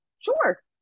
sure